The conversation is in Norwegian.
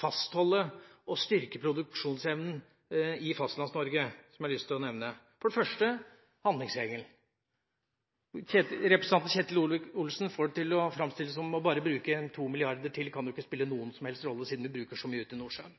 fastholde og styrke produksjonsevnen i Fastlands-Norge som jeg har lyst til å nevne, for det første handlingsregelen. Representanten Ketil Solvik-Olsen får seg til å framstille det som at om man bare bruker 2 mrd. kr til, kan jo ikke det spille noen som helst rolle siden vi bruker så mye ute i Nordsjøen.